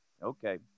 Okay